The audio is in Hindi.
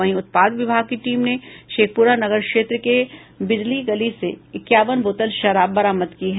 वहीं उत्पाद विभाग की टीम ने शेखपुरा नगर क्षेत्र के बिचली गली से इक्यावन बोतल शराब बरामद की है